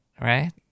right